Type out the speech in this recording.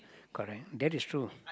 correct that is true